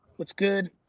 what's good